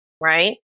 right